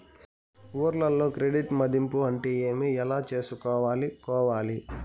ఊర్లలో క్రెడిట్ మధింపు అంటే ఏమి? ఎలా చేసుకోవాలి కోవాలి?